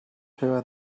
her